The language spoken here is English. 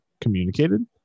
communicated